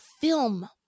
film